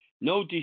no